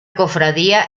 cofradía